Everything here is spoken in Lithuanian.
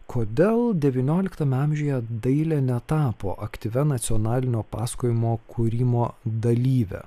kodėl devynioliktame amžiuje dailė netapo aktyvia nacionalinio pasakojimo kūrimo dalyve